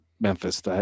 Memphis